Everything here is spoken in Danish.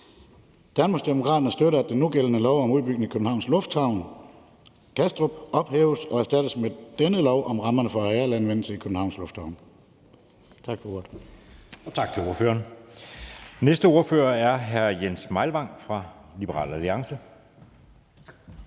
Danmarksdemokraterne støtter, at den nugældende lov om udbygning af Københavns Lufthavn i Kastrup ophæves og erstattes med denne lov om rammerne for arealanvendelse i Københavns Lufthavn.